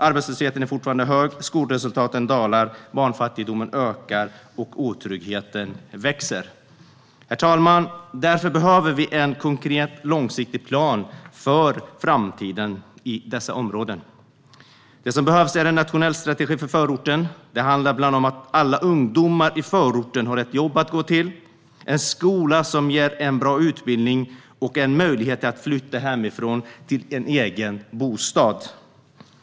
Arbetslösheten är fortfarande hög. Skolresultaten dalar. Barnfattigdomen ökar, och otryggheten växer. Herr talman! Därför behöver vi en konkret, långsiktig plan för framtiden i dessa områden. Det som behövs är en nationell strategi för förorten. Det handlar bland annat om att alla ungdomar i förorten ska ha ett jobb att gå till, en skola som ger en bra utbildning och en möjlighet att flytta hemifrån till en egen bostad.